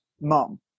mom